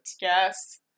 Yes